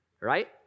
Right